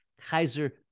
Kaiser